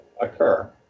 occur